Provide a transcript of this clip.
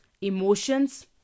emotions